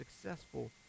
successful